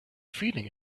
feeling